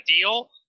deal